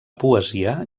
poesia